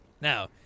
Now